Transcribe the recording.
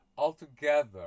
Altogether